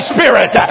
Spirit